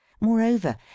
moreover